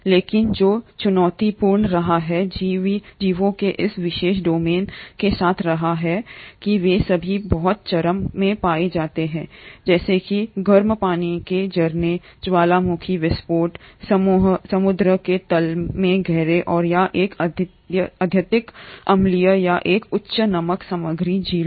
लेकिन जो चुनौतीपूर्ण रहा है जीवों के इस विशेष डोमेन के साथ यह है कि वे सभी बहुत चरम में पाए जाते हैं वास जैसे कि गर्म पानी के झरने ज्वालामुखी विस्फोट समुद्र के तल में गहरे और या एक अत्यधिक अम्लीय या एक उच्च नमक सामग्री झीलों